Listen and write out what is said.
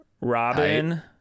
robin